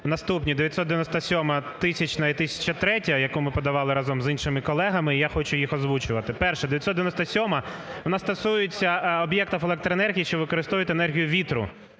наступні: 997-а, 1000-а і 1003-я, яку ми подавали разом з іншими колегами, і я хочу їх озвучувати. Перша, 997-а, вона стосується об'єктів електроенергії, що використовує енергію вітру.